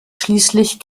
schließlich